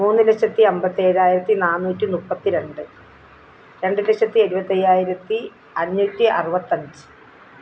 മൂന്ന് ലക്ഷത്തി അമ്പത്തേഴായിരത്തി നാന്നൂറ്റി മുപ്പതി രണ്ട് രണ്ടു ലക്ഷത്തി എഴുപത്തയ്യായിരത്തി അഞ്ഞൂറ്റി അറുപത്തഞ്ച്